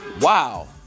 Wow